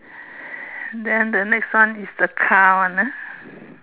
then the next one is the car [one] ah